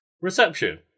reception